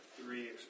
Three